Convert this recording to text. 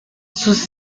sus